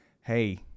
Hey